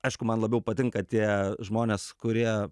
aišku man labiau patinka tie žmonės kurie